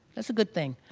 that's a good thing.